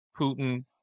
Putin